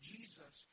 Jesus